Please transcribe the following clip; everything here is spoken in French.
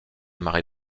marée